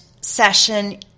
session